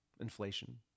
inflation